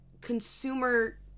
consumer